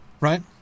right